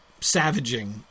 savaging